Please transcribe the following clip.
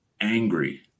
angry